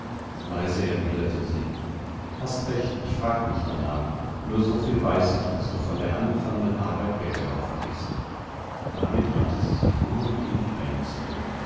leise erwidert sie hast recht ich frag nicht danach nur so viel weiß ich daß du von der angefangenen arbeit weggelaufen bist damit wandte sie sich um und ging heimzu es